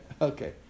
Okay